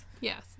Yes